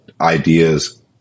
ideas